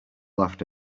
laughed